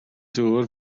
dŵr